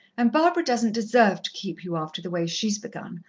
and barbara doesn't deserve to keep you after the way she's begun.